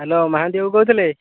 hello Mohanty ବାବୁ କହୁଥିଲେ